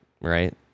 right